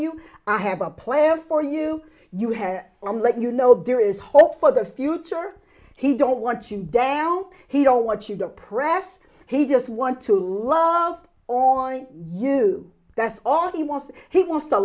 you i have a plan for you you have on let you know there is hope for the future he don't want you damn he don't want you depressed he just want to love on you that's all he wants he wants to